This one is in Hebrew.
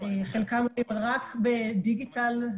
חלקם עולים רק בדיגיטל,